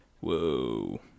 Whoa